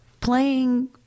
playing